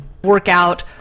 workout